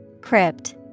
Crypt